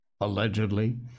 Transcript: allegedly